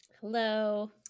Hello